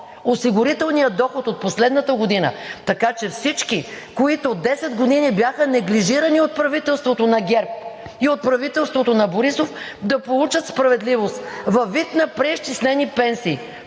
осигурителният доход от последната година, така че всички, които 10 години бяха неглижирани от правителството на ГЕРБ и от правителството на Борисов, да получат справедливост във вид на преизчислени пенсии.